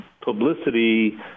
publicity